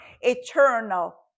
eternal